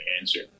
answer